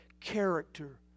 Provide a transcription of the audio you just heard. Character